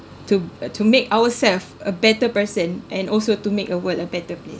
to to make ourselves a better person and also to make a world a better place